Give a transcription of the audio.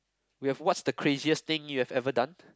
we have what's the craziest thing you have ever done